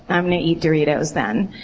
i'm gonna eat doritos then.